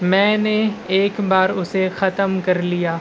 میں نے ایک بار اسے ختم کر لیا